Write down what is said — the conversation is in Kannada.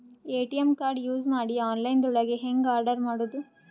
ಎ.ಟಿ.ಎಂ ಕಾರ್ಡ್ ಯೂಸ್ ಮಾಡಿ ಆನ್ಲೈನ್ ದೊಳಗೆ ಹೆಂಗ್ ಆರ್ಡರ್ ಮಾಡುದು?